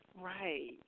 Right